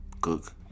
cook